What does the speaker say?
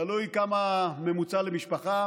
תלוי כמה הממוצע למשפחה.